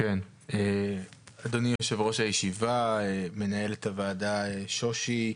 אדוני יושב-ראש הישיבה, מנהלת הוועדה, שושי,